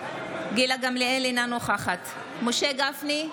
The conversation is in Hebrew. אינה נוכחת משה גפני,